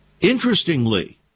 Interestingly